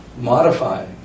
modify